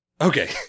okay